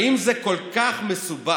האם זה כל כך מסובך